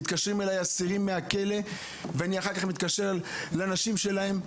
מתקשרים אלי אסירים מהכלא ואחר כך אני מתקשר לנשים שלהם,